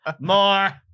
More